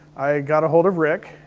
i got ahold of rick,